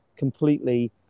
completely